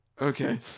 okay